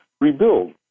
rebuild